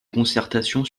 concertations